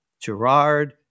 Gerard